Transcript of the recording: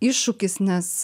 iššūkis nes